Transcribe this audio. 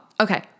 Okay